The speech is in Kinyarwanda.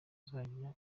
uzajya